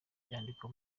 byandikwa